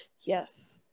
Yes